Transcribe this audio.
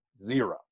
zero